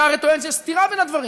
אתה הרי טוען שיש סתירה בין הדברים.